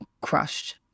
crushed